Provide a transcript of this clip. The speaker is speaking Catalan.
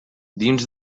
dins